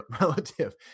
relative